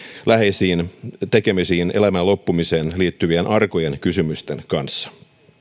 läheisiin tekemisiin elämän loppumiseen liittyvien arkojen kysymysten kanssa